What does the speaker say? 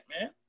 man